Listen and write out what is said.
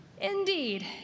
Indeed